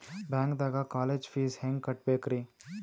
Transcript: ಬ್ಯಾಂಕ್ದಾಗ college fees ಹೆಂಗ್ ಕಟ್ಟ್ಬೇಕ್ರಿ?